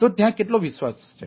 તો ત્યાં કેટલો વિશ્વાસ છે